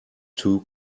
two